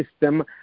system